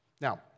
Now